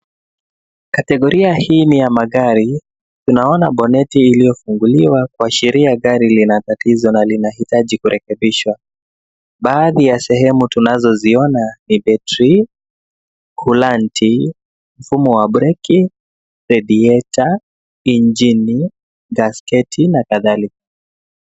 Kategoria hii ni ya magari, tunaona boneti iliyofunguliwa kuashiria gari linatatizo na linahitaji kurekebishwa. baadhi ya sehemu tunazoziona ni betri, kulanti, mfumo wa breki, redieta, injini, gasketi na kadhalika.